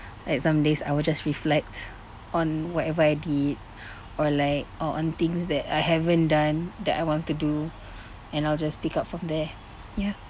like some days I will just reflect on whatever I did or like or on things that I haven't done that I want to do and I'll just pick up from there ya